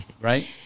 right